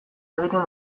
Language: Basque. egiten